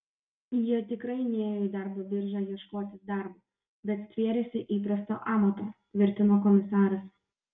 jie tikrai nėjo į darbo biržą ieškotis darbo bet stvėrėsi įprasto amato tvirtino komisaras